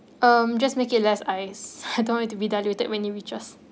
um just make it less ice I don't want it to be diluted when it reach us